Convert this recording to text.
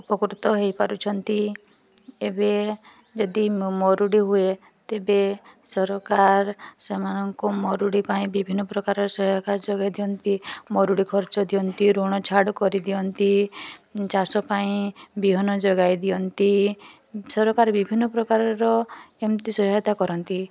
ଉପକୃତ ହୋଇପାରୁଛନ୍ତି ଏବେ ଯଦି ମରୁଡ଼ି ହୁଏ ତେବେ ସରକାର ସେମାନଙ୍କୁ ମରୁଡ଼ି ପାଇଁ ବିଭିନ୍ନ ପ୍ରକାରର ସହାୟକା ଯୋଗାଇ ଦିଅନ୍ତି ମରୁଡ଼ି ଖର୍ଚ୍ଚ ଦିଅନ୍ତି ଋଣ ଛାଡ଼ କରିଦିଅନ୍ତି ଚାଷପାଇଁ ବିହନ ଯୋଗାଇଦିଅନ୍ତି ସରକାର ବିଭିନ୍ନ ପ୍ରକାରର ଏମତି ସହାୟତା କରନ୍ତି